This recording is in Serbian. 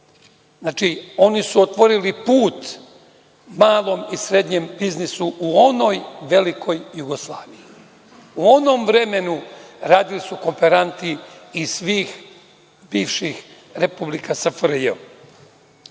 Znači, oni su otvorili put malom i srednjem biznisu u ono velikoj Jugoslaviji, u onom vremenu radili su kooperanti iz svih bivših republika SFRJ.Šta